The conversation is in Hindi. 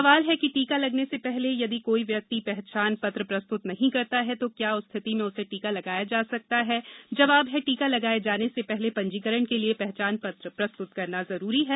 सवाल टीका लगने से पहले यदि कोई व्यक्ति पहचान पत्र प्रस्तुत नहीं कर पाता है तो क्या उस स्थिति में उसे टीका लगाया जा सकता है जवाब टीका लगाए जाने से पहले पंजीकरण के लिये पहचान पत्र प्रस्तुत करना जरूरी है